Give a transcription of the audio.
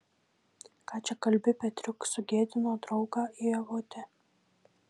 ką čia kalbi petriuk sugėdino draugą ievutė